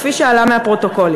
כפי שעלה מהפרוטוקולים.